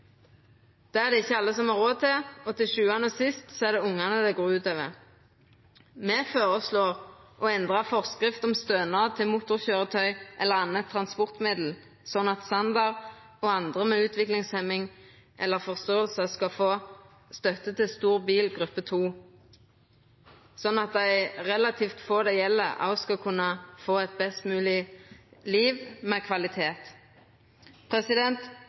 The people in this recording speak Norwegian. Det er det ikkje alle som har råd til, og til sjuande og sist er det ungane det går ut over. Me føreslår å endra forskrift om stønad til motorkøyretøy eller anna transportmiddel, slik at Sander og andre med utviklingshemmingar eller utviklingsforstyrringar skal få støtte til stor bil, gruppe 2, slik at dei relativt få det gjeld, også skal kunna få eit best mogleg liv med kvalitet.